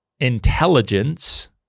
intelligence